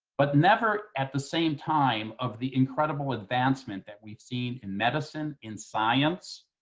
but never at the same time of the incredible advancement that we've seen in medicine, in science,